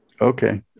Okay